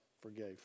forgave